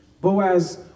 Boaz